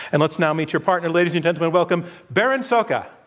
and let's now meet your partner. ladies and gentlemen, welcome berin szoka.